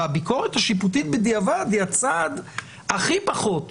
והביקורת השיפוטית בדיעבד היא הצעד הכי פחות